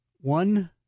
one